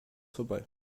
vorbei